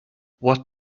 what